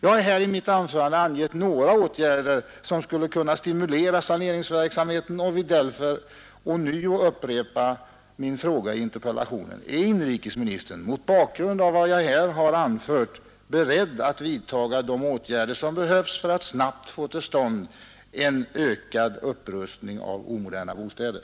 Jag har i mitt anförande angett några åtgärder, som skulle kunna stimulera saneringsverksamheten, och vill därför ånyo upprepa min fråga iinterpellationen: Är inrikesministern — mot bakgrund av vad jag redovisat — beredd att vidtaga de åtgärder som behövs för att snabbt få till stånd en ökad upprustning av omoderna bostäder?